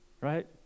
right